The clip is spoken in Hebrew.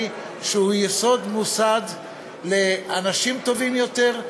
שהוא יוסד מוסד לאנשים טובים יותר,